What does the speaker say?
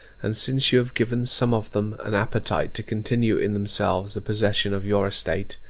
and since you have given some of them an appetite to continue in themselves the possession of your estate,